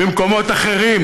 במקומות אחרים